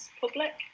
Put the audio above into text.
public